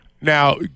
Now